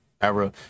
era